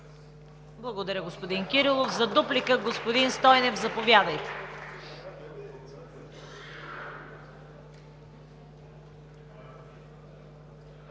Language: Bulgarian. Благодаря, господин Кирилов. Дуплика – господин Стойнев, заповядайте.